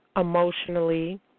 emotionally